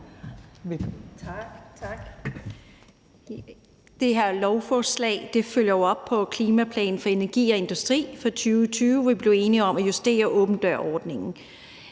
Tak. Det her lovforslag følger jo op på klimaplanen for energi og industri fra 2020, hvor vi blev enige om at justere åben dør-ordningen.